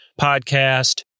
podcast